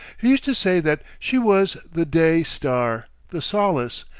he used to say that she was the day-star, the solace,